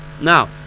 Now